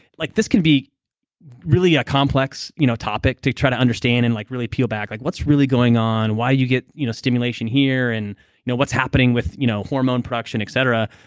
like this can be really a complex you know topic to try to understand and like really peel back like, what's really going on, why you get you know stimulation here and you know what's happening with you know hormone production, et cetera.